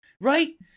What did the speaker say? Right